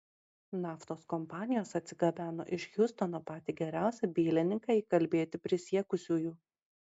naftos kompanijos atsigabeno iš hjustono patį geriausią bylininką įkalbėti prisiekusiųjų